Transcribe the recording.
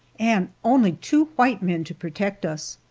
and only two white men to protect us.